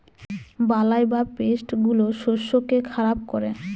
বালাই বা পেস্ট গুলো শস্যকে খারাপ করে